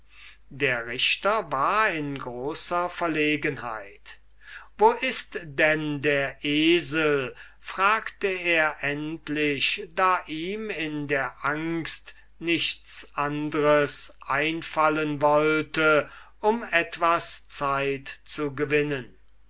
der richter war in großer verlegenheit wo ist denn der esel fragte er endlich da ihm in der angst nichts anders einfallen wollte um etwas zeit zu gewinnen